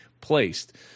placed